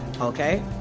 Okay